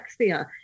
dyslexia